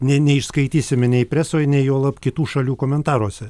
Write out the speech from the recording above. nė neišskaitysime nei preso nei juolab kitų šalių komentaruose